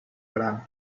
gran